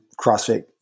CrossFit